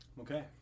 Okay